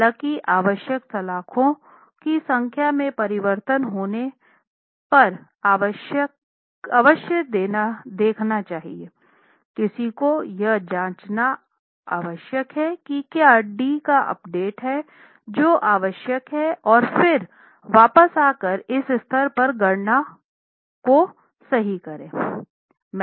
हालाँकि आवश्यक सलाख़ों की संख्या में परिवर्तन होने पर अवश्य देखना चाहिए किसी को यह जाँचना आवश्यक है कि क्या d का अपडेट है जो आवश्यक है और फिर वापस आकर इस स्तर पर गणना को सही करें